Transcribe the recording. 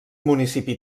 municipi